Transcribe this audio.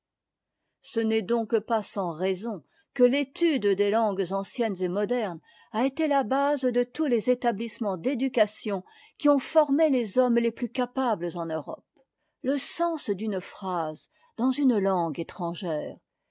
ce n'est donc pas sans raison que l'étude des langues anciennes et modernes a été ta base de tous les établissements d'éducation qui ont formé les hommes les plus capables en europe le sens d'une phrase dans une langue étrangère